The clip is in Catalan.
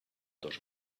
dos